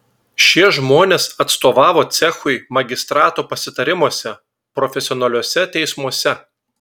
šie žmonės atstovavo cechui magistrato pasitarimuose profesionaliuose teismuose